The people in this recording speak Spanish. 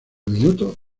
minuto